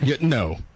No